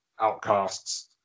outcasts